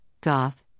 goth